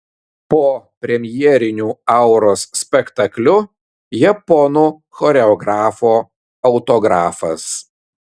po premjeriniu auros spektakliu japonų choreografo autografas